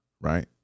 right